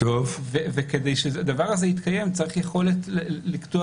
כדי שהדבר הזה יתקיים צריך יכולת לקטוע